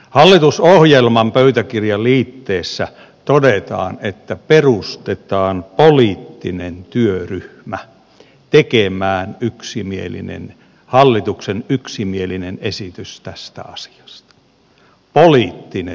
hallitusohjelman pöytäkirjaliitteessä todetaan että perustetaan poliittinen työryhmä tekemään yksimielinen hallituksen yksimielinen esitys tästä asiasta poliittinen työryhmä